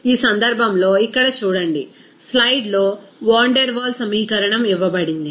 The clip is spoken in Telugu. కాబట్టి ఈ సందర్భంలో ఇక్కడ చూడండి స్లయిడ్లో వాన్ డెర్ వాల్ సమీకరణం ఇవ్వబడింది